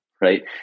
right